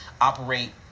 operate